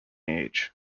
age